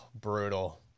brutal